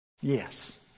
Yes